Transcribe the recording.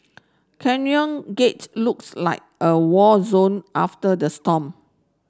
Canyon Gates looks like a war zone after the storm